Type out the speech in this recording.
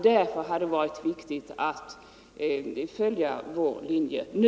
Därför hade det varit viktigt att följa vår linje nu.